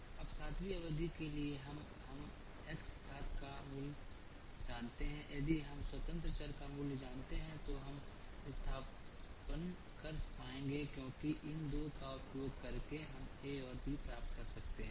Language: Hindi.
अब सातवीं अवधि के लिए यदि हम x सात का मूल्य जानते हैं यदि हम स्वतंत्र चर का मूल्य जानते हैं तो हम स्थानापन्न कर पाएंगे क्योंकि इन 2 का उपयोग करके हम a और b प्राप्त कर सकते हैं